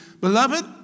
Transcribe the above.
Beloved